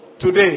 today